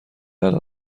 الان